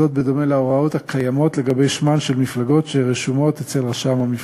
זאת בדומה להוראות הקיימות לגבי שמן של מפלגות שרשומות אצל רשם המפלגות.